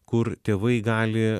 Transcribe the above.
kur tėvai gali